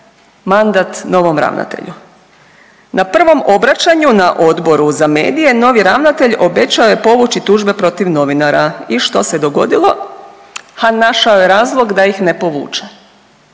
mandat novom ravnatelju. Na prvom obraćanju na Odboru za medije novi ravnatelj obećao je povući tužbe protiv novinara i što se dogodilo? Ha našao je razlog da ih ne povuče,